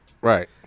Right